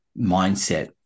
mindset